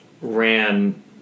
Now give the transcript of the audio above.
ran